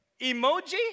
emoji